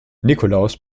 nikolaus